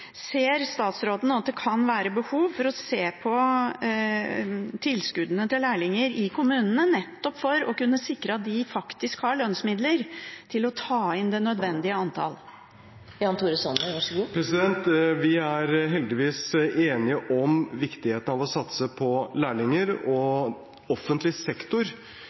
Ser statsråden at det kan være behov for å se på tilskuddene til lærlinger i kommunene nettopp for å kunne sikre at de faktisk har lønnsmidler til å ta inn det nødvendige antall? Vi er heldigvis enige om viktigheten av å satse på lærlinger, og offentlig sektor